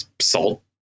salt